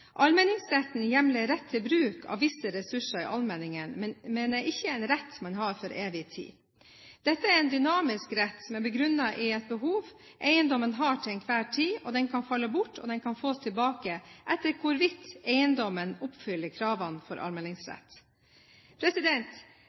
Allmenningsretten hjemler rett til bruk av visse ressurser i allmenningen, men er ikke en rett man har til evig tid. Det er en dynamisk rett som er begrunnet i et behov eiendommen har til enhver tid. Den kan falle bort, og den kan fås tilbake etter hvorvidt eiendommen oppfyller kravene for allmenningsrett.